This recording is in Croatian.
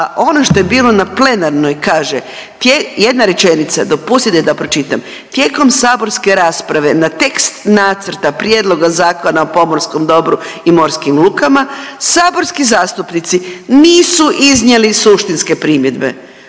a ono što je bilo na plenarnoj kaže, jedna rečenica, dopustite da pročitam. Tijekom saborske rasprave na tekst Nacrta prijedloga Zakona o pomorskom dobru i morskim lukama saborski zastupnici nisu iznijeli suštinske primjedbe.